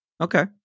Okay